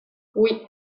oui